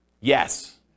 Yes